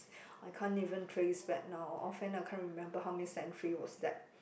I can't even trace back now or often I can't even remember how many century was that